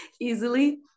easily